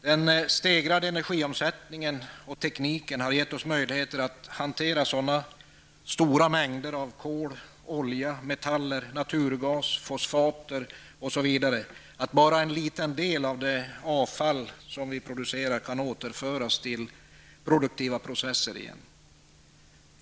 Den stegrade energiomsättningen och tekniken har gett oss möjligheter att hantera sådana stora mängder kol, olja, metaller, naturgas, fosfater osv. att bara en liten del av det avfall som vi producerar kan återföras till produktiva processer igen.